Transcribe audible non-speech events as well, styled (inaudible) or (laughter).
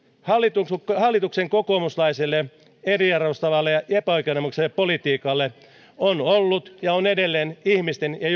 hallituksen hallituksen kokoomuslaiselle eriarvoistavalle ja epäoikeudenmukaiselle politiikalle on ollut ja on edelleen ihmisten ja (unintelligible)